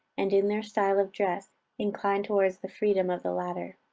and in their style of dress incline towards the freedom of the latter.